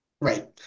Right